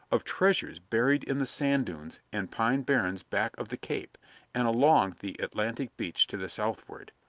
of treasures buried in the sand dunes and pine barrens back of the cape and along the atlantic beach to the southward.